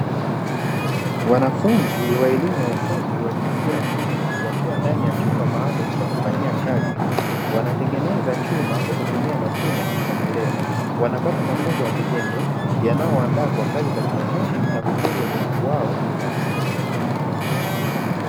Wanafunzi wa elimu ya ufundi wa jinsia ya kike wakiwa ndani ya chumba maalumu cha kufanyia kazi, wanatengeneza chuma kwa kutumia mashine ya kuchomelea. Wanapata mafunzo ya vitendo yanayowaandaa kwa kazi za kiufundi na kukuza ubunifu wao binafsi.